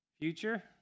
Future